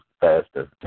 faster